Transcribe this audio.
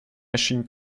machine